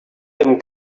them